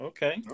Okay